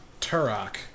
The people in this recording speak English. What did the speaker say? Turok